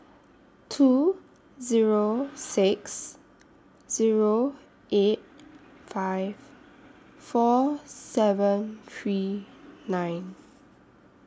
two Zero six Zero eight five four seven three nine